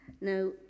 Now